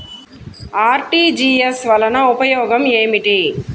RTGS వలన ఉపయోగం ఏమిటీ?